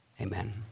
Amen